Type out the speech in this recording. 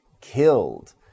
Killed